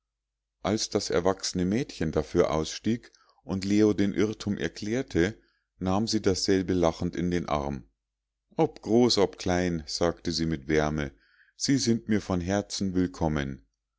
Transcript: als das erwachsene mädchen dafür ausstieg und leo den irrtum erklärte nahm sie dasselbe lachend in den arm ob groß ob klein sagte sie mit wärme sie sind mir von herzen willkommen